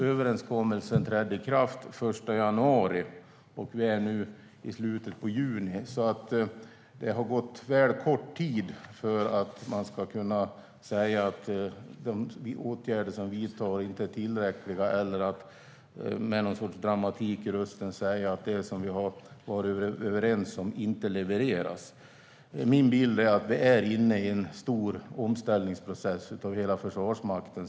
Överenskommelsen trädde i kraft den 1 januari, och nu är vi i slutet av juni. Det har gått lite för kort tid för att kunna säga att de åtgärder som vidtas är otillräckliga eller för att med dramatik i rösten säga att det vi har varit överens om inte levereras. Vi är inne i en stor omställningsprocess av hela Försvarsmakten.